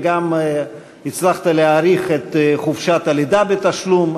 וגם הצלחת להאריך את חופשת הלידה בתשלום,